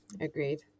Agreed